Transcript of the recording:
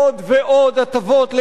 עוד ועוד הטבות,